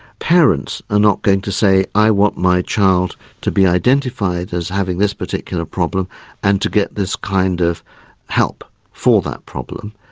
parents are not going to say i want my child to be identified as having this particular problem and to get this kind of help for that problem.